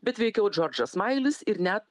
bet veikiau džordžas smailis ir net